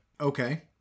Okay